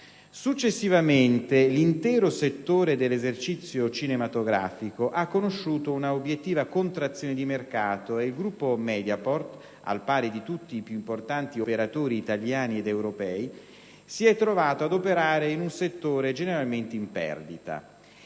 Successivamente, l'intero settore dell'esercizio cinematografico ha conosciuto una obiettiva contrazione di mercato ed il gruppo Mediaport, al pari di tutti i più importanti operatori italiani ed europei, si è trovato ad operare in un settore generalmente in perdita.